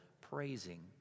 praising